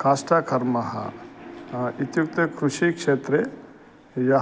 कष्टं कर्म इत्युक्ते कृषिक्षेत्रे ये